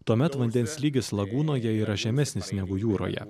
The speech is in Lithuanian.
tuomet vandens lygis lagūnoje yra žemesnis negu jūroje